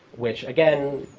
which again,